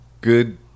good